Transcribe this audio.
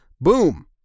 boom